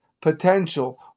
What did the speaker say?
potential